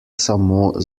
samo